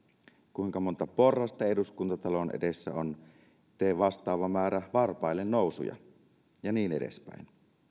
kuinka monta porrasta eduskuntatalon edessä on tee vastaava määrä varpaillenousuja ja niin edespäin